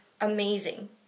amazing